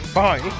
bye